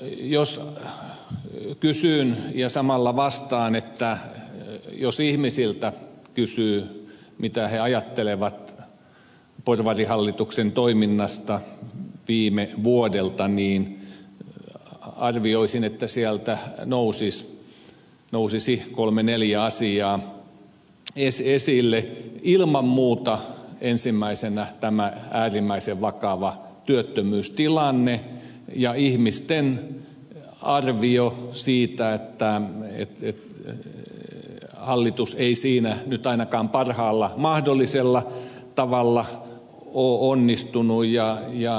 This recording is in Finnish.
jos kysyn ja samalla vastaan että jos ihmisiltä kysyy mitä he ajattelevat porvarihallituksen toiminnasta viime vuodelta niin arvioisin että sieltä nousisi kolme neljä asiaa esille ilman muuta ensimmäisenä tämä äärimmäisen vakava työttömyystilanne ja ihmisten arvio siitä että hallitus ei siinä nyt ainakaan parhaalla mahdollisella tavalla ole onnistunut